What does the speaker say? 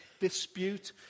dispute